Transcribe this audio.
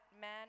man